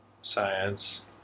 science